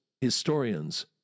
historians